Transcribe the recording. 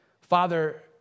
Father